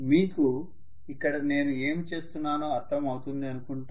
మీకు ఇక్కడ నేను ఏమి చెప్తున్నానో అర్థం అవుతుంది అనుకుంటాను